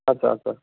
अच्छा अच्छा